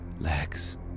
legs